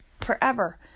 forever